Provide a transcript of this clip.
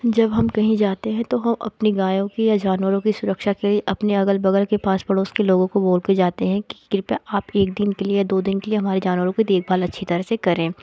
जब हम कहीं जाते हैं तो हम अपनी गायों की या जानवरों की सुरक्षा के लिए अपने अग़ल बग़ल के पास पड़ोस के लोगों को बोल के जाते हैं कि कृपया आप एक दिन के लिए या दो दिन के लिए हमारी जानवरों की देखभाल अच्छी तरह से करें